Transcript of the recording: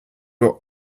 were